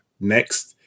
next